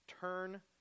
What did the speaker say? Turn